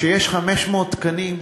כשיש 500 תקנים,